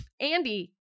Andy